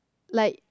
like